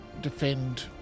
defend